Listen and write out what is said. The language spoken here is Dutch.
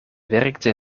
werkte